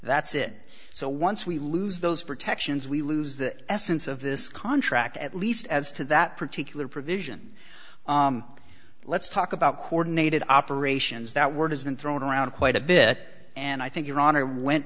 that's it so once we lose those protections we lose the essence of this contract at least as to that particular provision let's talk about coordinated operations that were has been thrown around quite a bit and i think your honor went